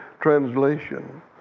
translation